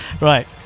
Right